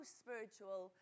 spiritual